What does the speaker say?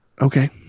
Okay